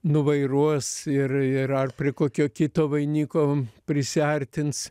nuvairuos ir ir ar prie kokio kito vainiko prisiartins